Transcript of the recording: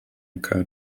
occur